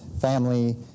family